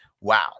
Wow